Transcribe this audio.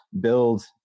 build